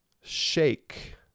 shake